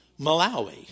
Malawi